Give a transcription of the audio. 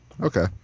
Okay